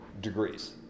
degrees